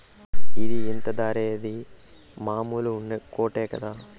ఇది ఇంత ధరేంది, మామూలు ఉన్ని కోటే కదా